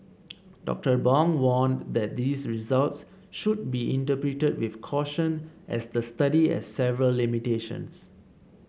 Doctor Bong warned that these results should be interpreted with caution as the study has several limitations